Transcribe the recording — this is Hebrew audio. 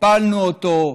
הפלנו אותו,